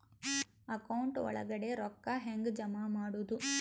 Account ಒಳಗಡೆ ರೊಕ್ಕ ಹೆಂಗ್ ಜಮಾ ಮಾಡುದು?